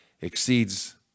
exceeds